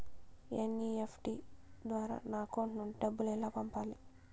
NEFT ద్వారా నా account నుండి డబ్బులు ఎలా పంపాలి